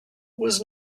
was